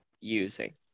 using